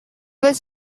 was